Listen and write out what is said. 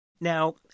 Now